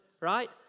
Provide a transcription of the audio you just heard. right